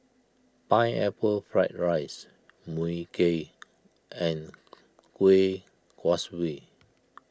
Pineapple Fried Rice Mui Kee and Kuih Kaswi